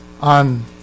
on